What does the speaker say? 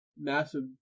massive